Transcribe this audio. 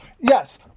yes